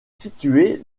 située